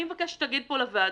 אני מבקש שתגיד פה לוועדה: